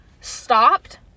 Stopped